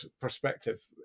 perspective